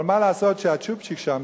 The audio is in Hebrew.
אבל מה לעשות שהצ'ופצ'יק שם,